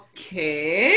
Okay